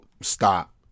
Stop